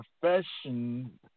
Profession